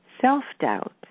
self-doubt